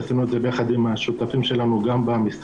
עשינו את זה ביחד עם השותפים שלנו גם במשרד,